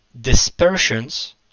dispersions